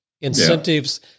Incentives